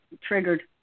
triggered